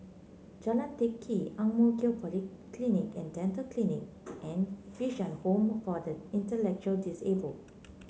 Jalan Teck Kee Ang Mo Kio Polyclinic And Dental Clinic and Bishan Home for the Intellectually Disabled